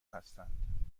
هستند